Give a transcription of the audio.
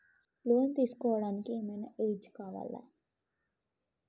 Loan తీస్కోవడానికి ఏం ఐనా ఏజ్ కావాలా?